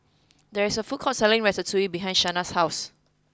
there is a food court selling Ratatouille behind Shaina's house